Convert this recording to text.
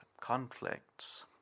conflicts